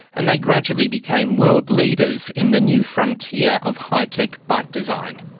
and they gradually became world leaders in the new frontier of high-tech bike design.